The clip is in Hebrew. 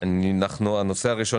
הנושא הראשון